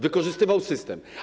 Wykorzystywał system.